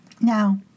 Now